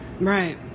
Right